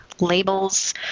labels